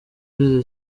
ushize